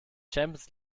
champions